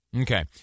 Okay